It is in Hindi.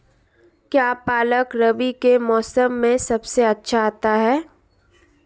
क्या पालक रबी के मौसम में सबसे अच्छा आता है?